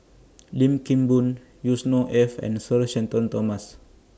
Lim Kim Boon Yusnor Ef and Sir Shenton Thomas